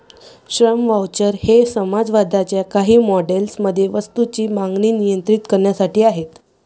श्रम व्हाउचर हे समाजवादाच्या काही मॉडेल्स मध्ये वस्तूंची मागणी नियंत्रित करण्यासाठी आहेत